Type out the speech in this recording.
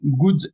good